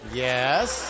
yes